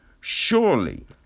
Surely